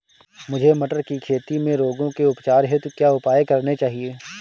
मुझे मटर की खेती में रोगों के उपचार हेतु क्या उपाय करने चाहिए?